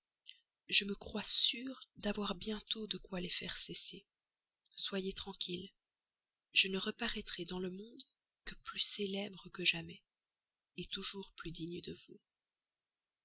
je me crois sûr d'avoir bientôt de quoi les faire cesser soyez tranquille je ne reparaîtrai dans le monde que plus célèbre que jamais toujours plus digne de vous